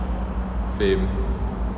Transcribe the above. fame